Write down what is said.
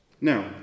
Now